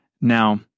Now